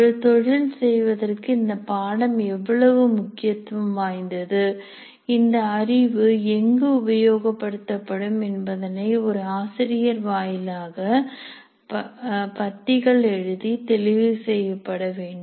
ஒரு தொழில் செய்வதற்கு இந்த பாடம் எவ்வளவு முக்கியத்துவம் வாய்ந்தது இந்த அறிவு எங்கு உபயோகப்படுத்தப்படும் என்பதனை ஒரு ஆசிரியர் வாயிலாக பத்திகள் எழுதி தெளிவு செய்யப்பட வேண்டும்